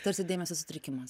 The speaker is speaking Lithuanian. tarsi dėmesio sutrikimas